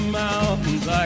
mountains